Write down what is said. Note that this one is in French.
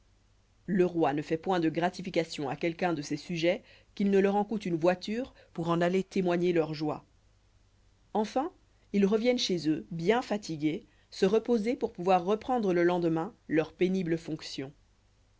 le roi ne fait point de gratification à quelqu'un de ses sujets qu'il ne leur en coûte une voiture pour lui en aller témoigner leur joie enfin ils reviennent chez eux bien fatigués se reposer pour pouvoir reprendre le lendemain leurs pénibles fonctions